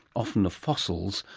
often of fossils,